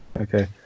Okay